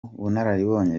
bunararibonye